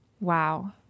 Wow